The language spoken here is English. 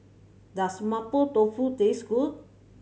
does Mapo Tofu taste good